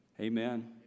Amen